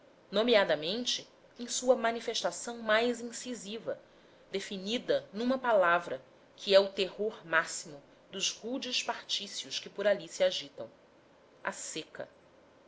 nomeadamente em sua manifestação mais incisiva definida numa palavra que é o terror máximo dos rudes patrícios que por ali se agitam a seca